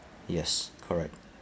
yes correct